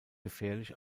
gefährlich